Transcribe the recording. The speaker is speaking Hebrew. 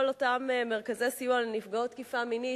אותם מרכזי סיוע לנפגעות תקיפה מינית,